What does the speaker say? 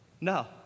No